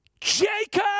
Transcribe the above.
Jacob